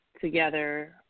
together